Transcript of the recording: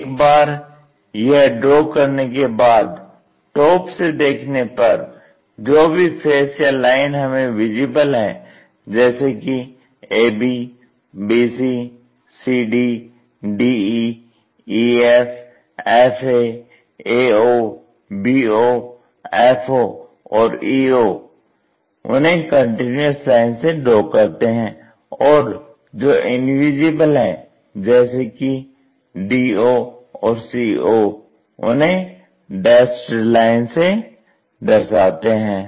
एक बार यह ड्रॉ करने के बाद टॉप से देखने पर जो भी फेस या लाइन हमें विजिबल हैं जैसे कि ab bc cd de ef fa ao bo fo और eo उन्हें कंटीन्यूअस लाइन से ड्रॉ करते हैं और जो इनविजिबल हैं जैसे कि do और co उन्हें डैस्ड लाइन से दर्शाते हैं